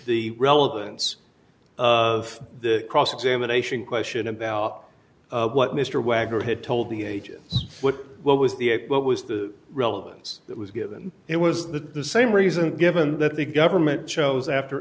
the relevance of the cross examination question about what mr wagner had told the agent what was the what was the relevance that was given it was the same reason given that the government chose after